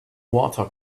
water